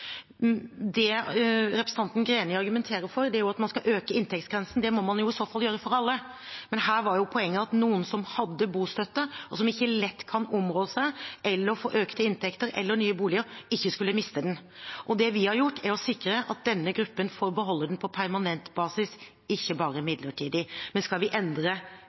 Det representanten Greni argumenterer for, er at man skal øke inntektsgrensen. Det må man i så fall gjøre for alle. Men her var poenget at noen som hadde bostøtte, og som ikke lett kan områ seg eller få økte inntekter eller nye boliger, ikke skulle miste den. Det vi har gjort, er å sikre at denne gruppen får beholde den på permanent basis, ikke bare midlertidig. Men skal vi endre